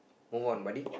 move on buddy